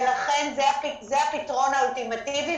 ולכן זה הפתרון האולטימטיבי.